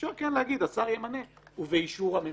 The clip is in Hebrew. אפשר כן להגיד שהשר ימנה ובאישור הממשלה.